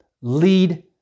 lead